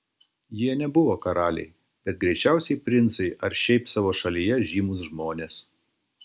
jie nebuvo karaliai bet greičiausiai princai ar šiaip savo šalyje žymūs žmonės